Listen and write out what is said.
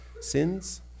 sins